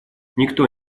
никто